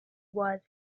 was